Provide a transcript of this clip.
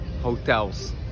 hotels